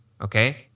Okay